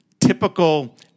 typical